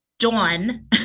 Dawn